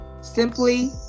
simply